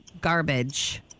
Garbage